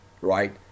right